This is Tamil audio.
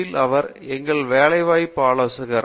யில் அவர் எங்கள் வேலை வாய்ப்பு ஆலோசகர்